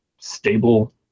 stable